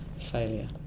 failure